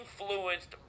influenced